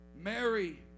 Mary